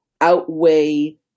outweigh